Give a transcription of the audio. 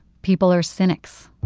people are cynics